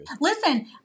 Listen